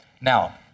Now